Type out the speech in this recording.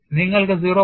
നിങ്ങൾക്ക് 0